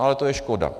Ale to je škoda!